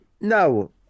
No